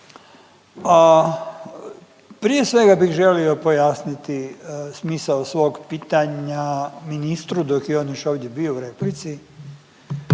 Prije svega bih želio pojasniti smisao svog pitanja ministru dok je on još ovdje bio u replici